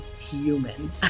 human